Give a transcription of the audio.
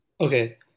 okay